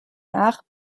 nach